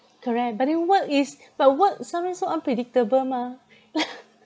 correct but then work is but work sometime so unpredictable mah